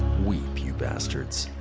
weep, you bastards.